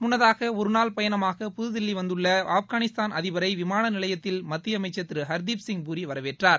முன்னதாக ஒரு நாள் பயணமாக புதுதில்லி வந்த ஆப்கானிஸ்தான் அதிபரை விமானநிலையத்தில் மத்திய அமைச்சர் திரு ஹர்தீப்சிங் பூரி வரவேற்றார்